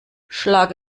schlag